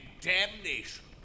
damnation